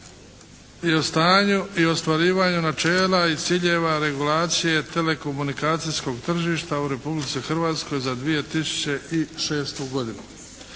i o stanju i ostvarivanju načela i ciljeva regulacije telekomunikacijskog tržišta u Republici Hrvatskoj za 2006. godinu